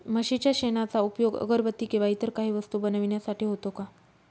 म्हशीच्या शेणाचा उपयोग अगरबत्ती किंवा इतर काही वस्तू बनविण्यासाठी होतो का?